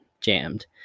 jammed